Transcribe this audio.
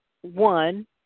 one